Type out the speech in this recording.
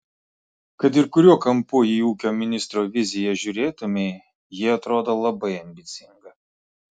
kad ir kuriuo kampu į ūkio ministro viziją žiūrėtumei ji atrodo labai ambicinga